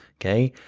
okay?